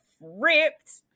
ripped